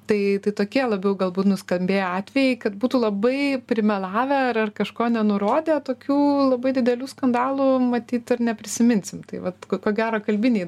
tai tai tokie labiau galbūt nuskambėję atvejai kad būtų labai primelavę ar ar kažko nenurodę tokių labai didelių skandalų matyt ir neprisiminsim tai vat ko gero kalbiniai